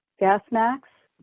gas masks,